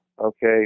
okay